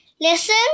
Listen